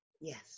yes